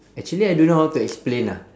actually I don't know how to explain ah